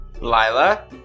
Lila